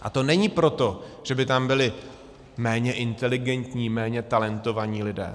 A to není proto, že by tam byli méně inteligentní, méně talentovaní lidé.